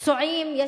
פצועים.